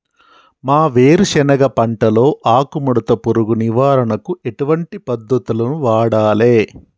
మా వేరుశెనగ పంటలో ఆకుముడత పురుగు నివారణకు ఎటువంటి పద్దతులను వాడాలే?